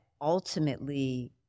ultimately